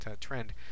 trend